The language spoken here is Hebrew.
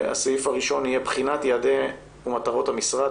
הסעיף הראשון יהיה בחינת יעדי ומטרות המשרד,